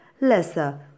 lesser